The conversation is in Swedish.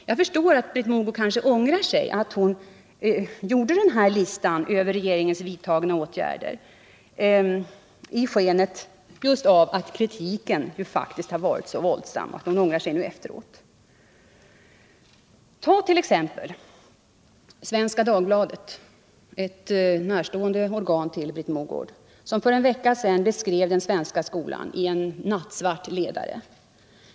Jag förstår att Britt Mogård kanske nu efteråt har ångrat att hon gjorde en lista över av regeringen vidtagna åtgärder, i skenet av att kritiken faktiskt har varit så våldsam. Ta t.ex. Svenska Dagbladet, ett Britt Mogård närstående organ, som för en vecka sedan beskrev den svenska skolan i en nattsvart ledare.